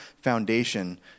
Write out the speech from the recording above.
foundation